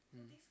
mm